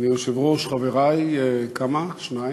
אדוני היושב-ראש, חברי, כמה, שניים?